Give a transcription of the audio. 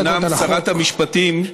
אומנם שרת המשפטים,